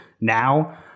now